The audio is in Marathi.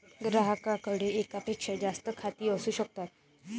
ग्राहकाकडे एकापेक्षा जास्त खाती असू शकतात